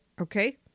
okay